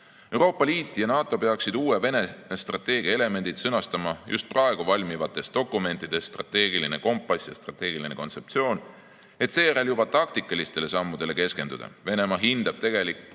Ukraina. Euroopa Liit ja NATO peaksid uue Venemaa-strateegia elemendid sõnastama just praegu valmivates dokumentides ("Strateegiline kompass" ja "Strateegiline kontseptsioon"), et seejärel juba taktikalistele sammudele keskenduda. Venemaa hindab tegelikult